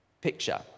picture